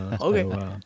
Okay